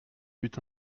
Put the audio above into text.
fut